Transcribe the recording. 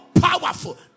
powerful